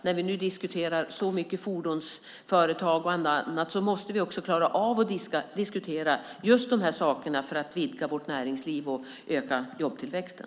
När vi nu diskuterar så mycket fordonsföretag och annat måste vi också klara av att diskutera just de här sakerna för att vidga vårt näringsliv och öka jobbtillväxten.